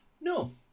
No